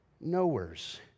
knowers